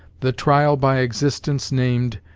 the trial by existence named,